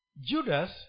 Judas